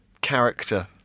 character